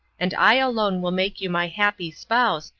and i alone will make you my happy spouse,